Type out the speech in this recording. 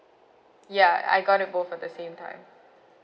ya I got it both for the same time